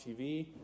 TV